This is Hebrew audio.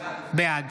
בעד